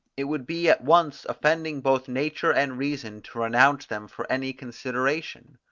it would be at once offending both nature and reason to renounce them for any consideration.